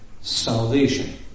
salvation